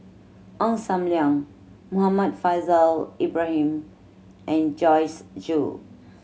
Ong Sam Leong Muhammad Faishal Ibrahim and Joyce Jue